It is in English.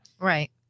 Right